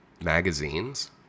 magazines